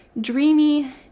Dreamy